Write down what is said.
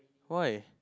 why